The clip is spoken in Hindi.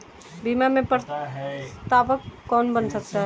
बीमा में प्रस्तावक कौन बन सकता है?